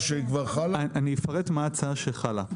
אני אפרט מה ההצעה שחלה.